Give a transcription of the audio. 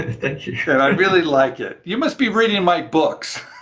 thank you. and i really like it. you must be reading my books.